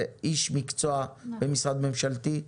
זה איש מקצוע במשרד ממשלתי,